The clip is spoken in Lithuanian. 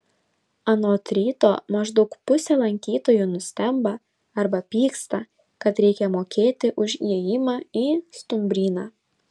anot ryto maždaug pusė lankytojų nustemba arba pyksta kad reikia mokėti už įėjimą į stumbryną